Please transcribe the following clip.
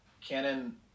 Canon